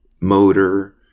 motor